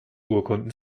urkunden